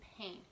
pain